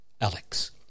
Alex